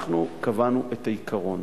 אנחנו קבענו את העיקרון.